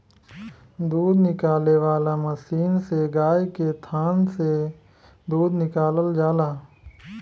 दूध निकाले वाला मशीन से गाय के थान से दूध निकालल जाला